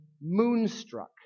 moonstruck